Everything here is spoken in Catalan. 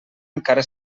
encara